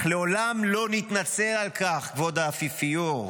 אך לעולם לא נתנצל על כך, כבוד האפיפיור.